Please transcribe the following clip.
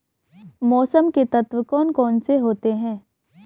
मौसम के तत्व कौन कौन से होते हैं?